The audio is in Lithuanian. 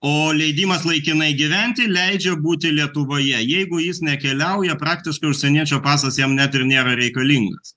o leidimas laikinai gyventi leidžia būti lietuvoje jeigu jis nekeliauja praktiškai užsieniečio pasas jam net ir nėra reikalingas